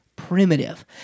primitive